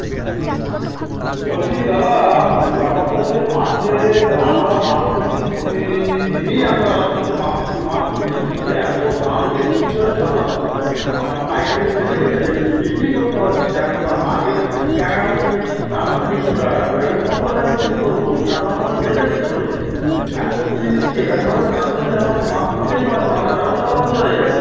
বলছি দাদা ব্যাপারটা হচ্ছে মাছের আমরা মাছ কিনছি প্রতিদিনই আমরা আপনার থেকে মাছ মাছ কিনছি কিন্তু এত দাম দিয়ে কিনতে হচ্ছে আমরা তো পাইকারী সেলেই বিক্রি করতে পারছি না এত দাম আজকে ট্যাংরা মাছ কিনেছি আপনার তিনশো টাকা করে আমি কত টাকায় বিক্রি করবো সাধারণ মানুষ নেবে কী করে হ্যাঁ প্রতিদিন নিচ্ছি এরমভাবে দাম নিলে আমরা তো মাছ কিনতেই পারবো না আমাদের ব্যবসা বন্ধ হয়ে যাবে